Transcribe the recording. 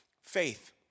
faith